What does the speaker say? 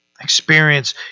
Experience